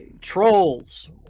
Trolls